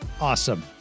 awesome